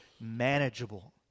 manageable